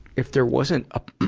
if there wasn't a,